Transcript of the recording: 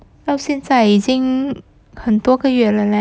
到现在已经很多个月了 leh